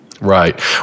Right